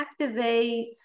activates